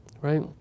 Right